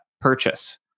purchase